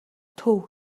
төв